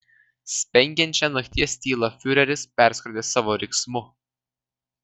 spengiančią nakties tylą fiureris perskrodė savo riksmu